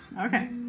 Okay